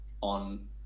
on